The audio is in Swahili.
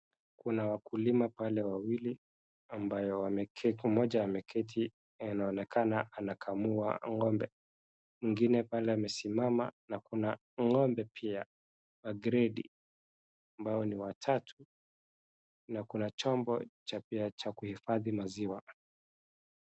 Kuna wakulima pale wawili ambaye ameketi, mmoja ameketi anaonekana anakamua ng'ombe. Mwingine pale amesimama na kuna ng'ombe pia wa gredi ambao ni watatu na kuna chombo cha pia cha kuhifadhi maziwa.